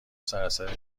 سراسر